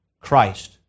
Christ